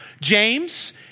James